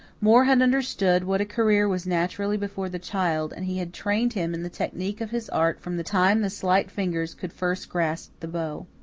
moore had understood what a career was naturally before the child, and he had trained him in the technique of his art from the time the slight fingers could first grasp the bow.